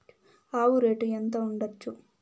ఆవు రేటు ఎంత ఉండచ్చు?